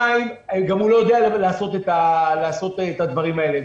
שניים, הוא גם לא יודע לעשות את הדברים האלה.